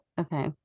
Okay